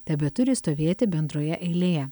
tebeturi stovėti bendroje eilėje